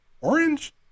orange